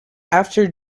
after